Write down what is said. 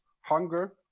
Hunger